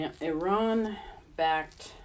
Iran-backed